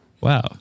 Wow